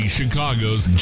Chicago's